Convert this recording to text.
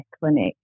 clinic